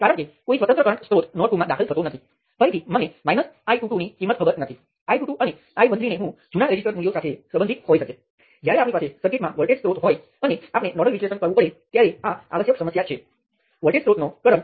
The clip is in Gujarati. તેથી જ્યારે નિયંત્રિત કરંટ રેઝિસ્ટરમાંથી વહેતો હોય પરંતુ તમારી પાસે કરંટ નિયંત્રિત વોલ્ટેજ સ્ત્રોત અથવા વોલ્ટેજ નિયંત્રણ વોલ્ટેજ સ્ત્રોત છે તો તમે તેનું સમાન રીતે વિશ્લેષણ કરો